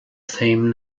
same